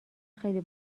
خیلی